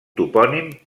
topònim